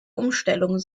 umstellung